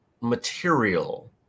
material